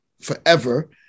forever